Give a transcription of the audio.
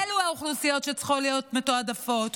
אלו האוכלוסיות שצריכות להיות מתועדפות,